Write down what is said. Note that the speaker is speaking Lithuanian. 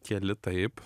keli taip